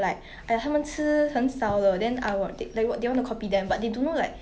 especially in asia country right like like 因为我们是华人 then you know